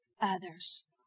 others